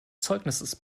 zeugnisses